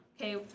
okay